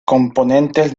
componentes